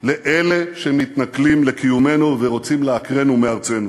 לאלה שמתנכלים לקיומנו ורוצים לעוקרנו מארצנו.